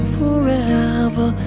forever